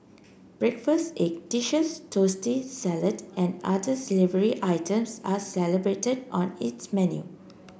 breakfast egg dishes toasty salad and other slavery items are celebrated on its menu